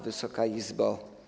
Wysoka Izbo!